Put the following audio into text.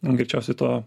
na greičiausiai to